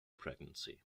pregnancy